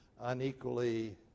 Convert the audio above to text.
unequally